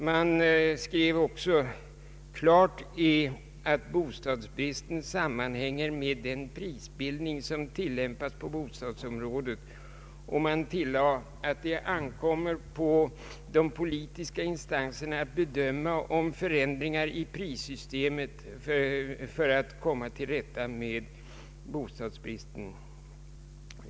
Man skrev också: ”Klart är att bostadsbristen sammanhänger med den prisbildning som tilllämpas på bostadsområdet”, och man tillade att det ankommer på de politiska instanserna att besluta om förändringar i prissystemet för att komma till rätta med bostadsbristen.